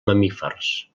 mamífers